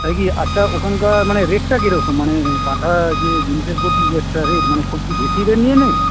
দেখি আচ্ছা ওখানকার মানে রেটটা কীরকম মানে কাঁথা যে জিনিসের প্রতি একটা রেট মানে খুব কি বেশি রেট নিয়ে নেয়